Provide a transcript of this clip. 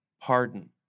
pardon